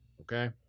Okay